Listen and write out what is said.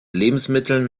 lebensmitteln